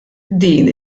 din